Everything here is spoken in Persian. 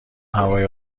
هوای